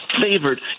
favored